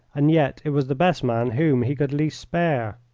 and yet it was the best man whom he could least spare.